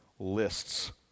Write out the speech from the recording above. lists